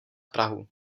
prahu